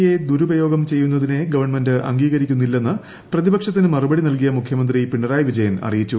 A ദുരുപയോഗം ചെയ്യുന്നതിനെ government അംഗീകരിക്കുന്നില്ലെന്ന് പ്രതിപക്ഷത്തിന് മറുപടി നൽകിയ മുഖ്യമന്ത്രി പിണറായി വിജ്യൻ അറിയിച്ചു